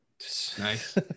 Nice